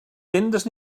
tendes